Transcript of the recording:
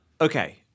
Okay